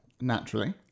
Naturally